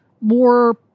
more